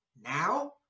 Now